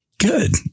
Good